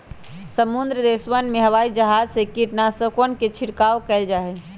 समृद्ध देशवन में हवाई जहाज से कीटनाशकवन के छिड़काव कइल जाहई